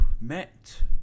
met